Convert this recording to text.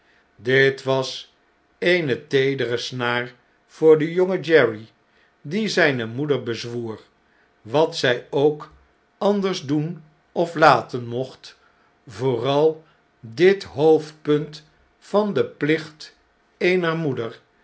bit was eene teedere snaar voor den jongen jerry die zijne moeder bezwoer wat zij ook anders doen of laten mocht vooral dit hoofdpunt van den plicht eener moeder